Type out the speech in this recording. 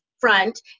front